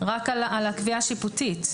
רק על הקביעה השיפוטית.